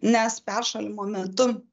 nes peršalimo metu